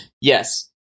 Yes